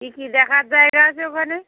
কী কী দেখার জায়গা আছে ওখানে